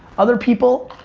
other people,